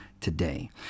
today